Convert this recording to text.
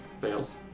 Fails